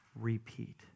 repeat